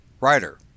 writer